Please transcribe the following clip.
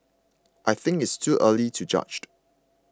I think it's too early to judged